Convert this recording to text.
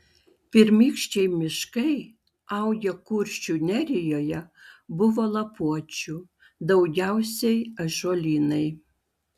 pirmykščiai miškai augę kuršių nerijoje buvo lapuočių daugiausiai ąžuolynai